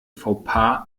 fauxpas